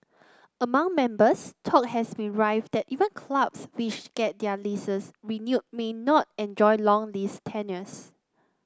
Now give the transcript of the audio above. among members talk has been rife that even clubs which get their leases renewed may not enjoy long lease tenures